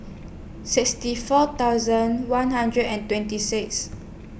sixty four thousand one hundred and twenty six